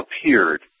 appeared